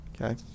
Okay